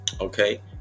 okay